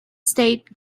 state